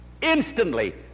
Instantly